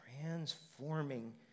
transforming